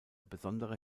besondere